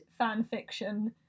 fanfiction